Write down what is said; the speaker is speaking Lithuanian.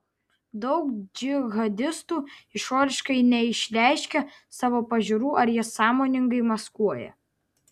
daug džihadistų išoriškai neišreiškia savo pažiūrų ar jas sąmoningai maskuoja